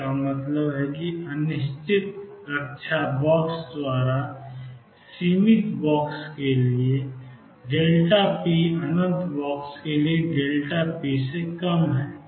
इसका मतलब है कि अनिश्चित रक्षा बॉक्स द्वारा सीमित बॉक्स के लिए p अनंत बॉक्स के लिए p से कम है